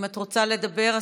אם את רוצה לדבר,